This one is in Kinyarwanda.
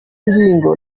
ngingo